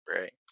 Right